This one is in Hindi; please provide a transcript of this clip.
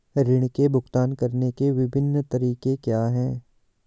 ऋृण के भुगतान करने के विभिन्न तरीके क्या हैं?